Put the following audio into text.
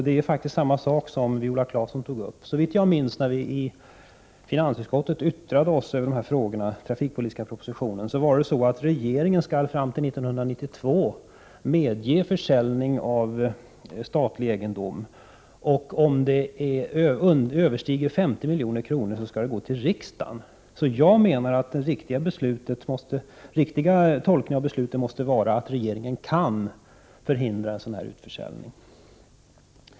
Det gäller samma saker som Viola Claesson tog upp. När vi i finansutskottet yttrade oss över dessa frågor i den trafikpolitiska propositionen, var det, såvitt jag minns, så att regeringen fram till år 1992 skulle medge försäljning av statlig egendom, och om värdet översteg 50 milj.kr. skulle man gå till riksdagen. Den riktiga tolkningen av beslutet måste enligt min mening vara att regeringen kan förhindra en sådan här utförsäljning.